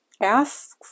asks